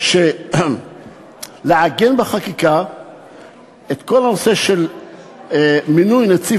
זה לעגן בחקיקה את כל הנושא של מינוי נציב